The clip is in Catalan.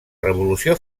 revolució